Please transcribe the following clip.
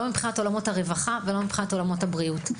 לא מבחינת עולמות הרווחה ולא מבחינת עולמות הבריאות.